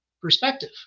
perspective